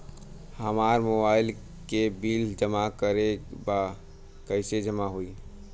हमार मोबाइल के बिल जमा करे बा कैसे जमा होई?